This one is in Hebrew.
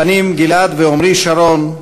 הבנים גלעד ועמרי שרון,